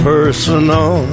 Personal